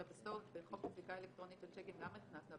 בחוק הסליקה האלקטרונית של צ'קים גם הכנסנו,